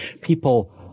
people